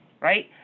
right